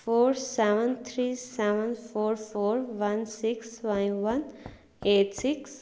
four seven three seven four four one six five one eight six